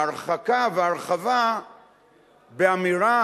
ההרחקה וההרחבה באמירה